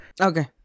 Okay